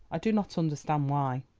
i do not understand why.